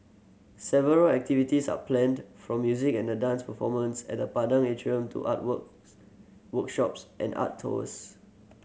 several activities are planned from music and dance performances at the Padang Atrium to art works workshops and art tours